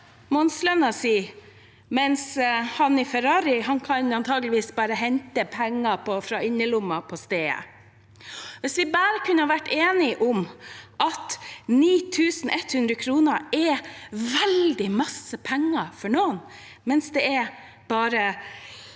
månedslønnen sin, mens han i Ferrarien antakeligvis bare kan hente penger fra innerlommen på stedet. Kunne vi bare ha vært enige om at 9 100 kr er veldig mye penger for noen, mens det for andre